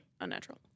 Unnatural